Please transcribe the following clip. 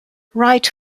wright